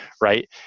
Right